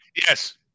Yes